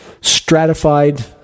stratified